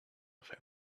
with